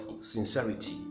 sincerity